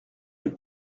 une